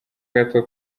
gato